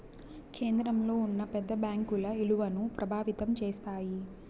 కేంద్రంలో ఉన్న పెద్ద బ్యాంకుల ఇలువను ప్రభావితం చేస్తాయి